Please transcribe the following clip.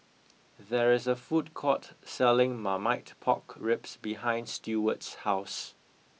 there is a food court selling marmite pork ribs behind Steward's house